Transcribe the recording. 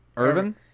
Irvin